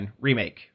remake